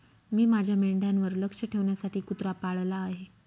मी माझ्या मेंढ्यांवर लक्ष ठेवण्यासाठी कुत्रा पाळला आहे